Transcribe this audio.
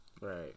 Right